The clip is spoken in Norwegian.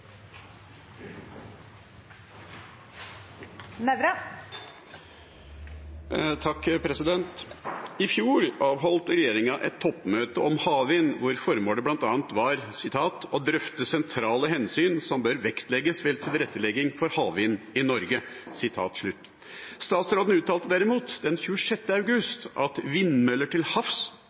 Nævra. «I fjor avholdt regjeringen et toppmøte om havvind hvor formålet blant annet var «å drøfte sentrale hensyn som bør vektlegges ved tilrettelegging for havvind i Norge». Statsråden uttalte derimot den 26. august at vindmøller til havs